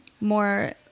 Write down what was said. more